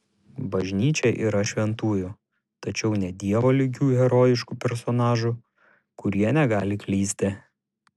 bažnyčia yra šventųjų tačiau ne dievui lygių herojiškų personažų kurie negali klysti